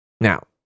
Now